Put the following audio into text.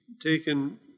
taken